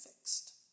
fixed